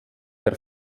der